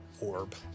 orb